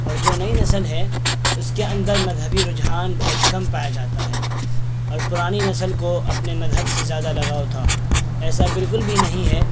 اور جو نئی نسل ہے اس کے اندر مذہبی رجحان بہت کم پایا جاتا ہے اور پرانی نسل کو اپنے مذہب سے زیادہ لگاؤ تھا ایسا بالکل بھی نہیں ہے